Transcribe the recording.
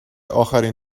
اخرین